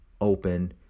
open